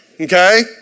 Okay